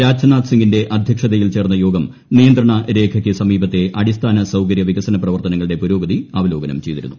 രാജ്നാഥ്സിംഗിന്റെ അധ്യക്ഷതയിൽ ചേർന്ന യോഗു പ്പിനിയന്ത്രണ രേഖയ്ക്ക് സമീപത്തെ അടിസ്ഥാന സൌകര്യ ദ്വീക്സന പ്രവർത്തനങ്ങളുടെ പുരോഗതി അവലോകനം ചെയ്തിരു്ന്നു